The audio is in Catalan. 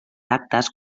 actes